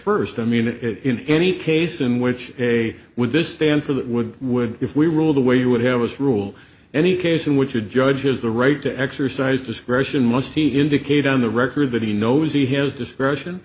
first i mean in any case in which a would this stand for that would would if we rule the way you would have us rule any case in which a judge has the right to exercise discretion must he indicate on the record that he knows he has discretion